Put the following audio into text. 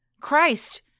christ